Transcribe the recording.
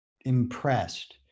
impressed